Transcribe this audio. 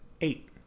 eight